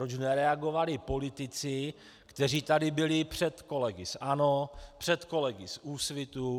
Proč nereagovali politici, kteří tady byli před kolegy z ANO, před kolegy z Úsvitu?